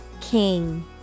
King